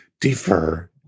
defer